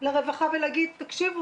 לרווחה ולהגיד: תקשיבו,